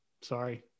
Sorry